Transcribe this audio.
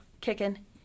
kicking